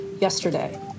yesterday